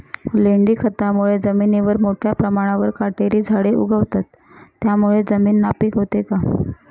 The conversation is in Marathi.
लेंडी खतामुळे जमिनीवर मोठ्या प्रमाणावर काटेरी झाडे उगवतात, त्यामुळे जमीन नापीक होते का?